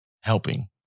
helping